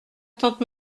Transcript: tante